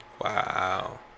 Wow